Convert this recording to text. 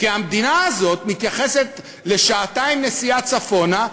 כי המדינה הזאת מתייחסת לשעתיים נסיעה צפונה,